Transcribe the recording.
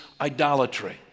idolatry